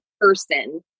person